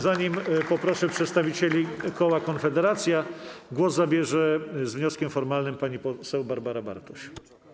Zanim poproszę przedstawicieli koła Konfederacja, głos zabierze, z wnioskiem formalnym, pani poseł Barbara Bartuś.